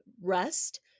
rest